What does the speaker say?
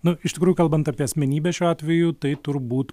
nu iš tikrųjų kalbant apie asmenybę šiuo atveju tai turbūt